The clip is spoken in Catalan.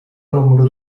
número